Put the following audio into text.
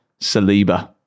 Saliba